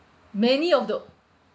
many of the